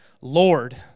Lord